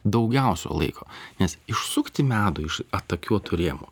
daugiausiai laiko nes išsukti medų iš atakiuotų rėmų